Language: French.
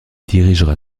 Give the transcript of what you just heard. dirigera